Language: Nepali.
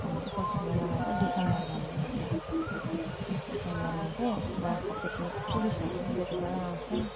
अनि पुस महिनालाई चाहिँ डिसम्बर भन्दोरहेछ डिसेम्बरमा चाहिँ जान्छ पिकनिक टुरिस्टहरू पनि त्यति बेलै आउँछ